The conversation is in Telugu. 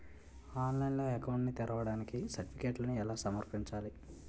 ఆన్లైన్లో అకౌంట్ ని తెరవడానికి సర్టిఫికెట్లను ఎలా సమర్పించాలి?